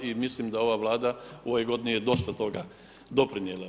I mislim da ova Vlada u ovoj godini je dosta toga doprinijela.